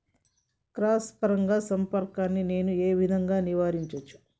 Cross పరాగ సంపర్కాన్ని నేను ఏ విధంగా నివారించచ్చు?